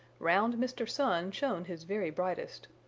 round mr. sun shone his very brightest.